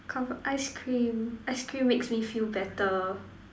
comfort ice cream ice cream makes me feel better